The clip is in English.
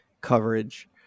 coverage